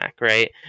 right